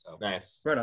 Nice